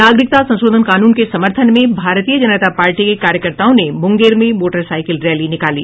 नागरिकता संशोधन कानून के समर्थन में भारतीय जनता पार्टी के कार्यकर्ताओं ने मुंगेर में मोटरसाईकिल रैली निकाली